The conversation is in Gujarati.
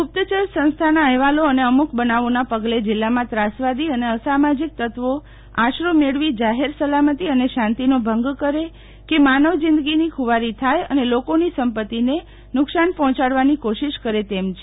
ગુપ્તચરા સંસ્થાના અહેવાલો અને અમુક બનાવોના પ્રગલે જિલ્લામાં ત્રાસવાદી અને અસામાજીક તત્વો આશરો મેળવી જાહેર સલામતી અને શાંતિનો ભંગ કરે કે માનવ જીંદગીની ખુવારી થાથ અને લોકોની સંપતિને નુકશાન પહોંચાંડવાની કોશિષ કરે તેમ છે